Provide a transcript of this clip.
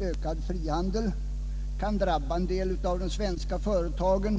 ökad frihandel kan drabba en del av de svenska företagen.